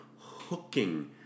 hooking